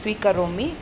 स्वीकरोमि